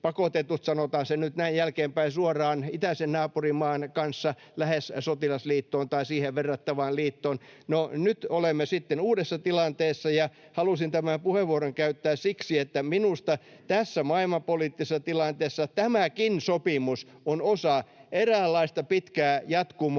pakotetut, sanotaan se nyt näin jälkeenpäin suoraan, itäisen naapurimaan kanssa lähes sotilasliittoon tai siihen verrattavaan liittoon. No, nyt olemme sitten uudessa tilanteessa, ja halusin tämän puheenvuoron käyttää siksi, että minusta tässä maailmanpoliittisessa tilanteessa tämäkin sopimus on osa eräänlaista pitkää jatkumoa,